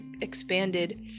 expanded